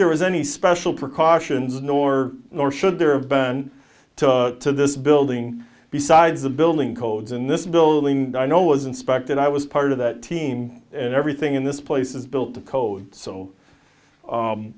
there was any special precautions nor nor should there have been to this building besides the building codes and this building i know was inspected i was part of that team and everything in this place is built to code so